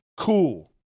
Cool